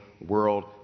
world